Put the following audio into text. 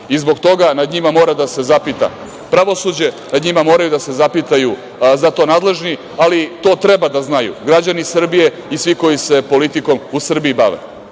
Zbog toga nad njima mora da se zapita pravosuđe, nad njima moraju da se zapitaju za to nadležni, ali to treba da znaju građani Srbije i svi koji se politikom u Srbiji bave. Ovoj